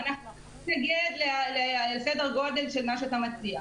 נגיע לסדר גודל של מה שאתה מציע.